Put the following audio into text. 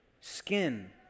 skin